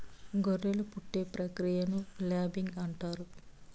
గొర్రెలు పుట్టే ప్రక్రియను ల్యాంబింగ్ అంటారు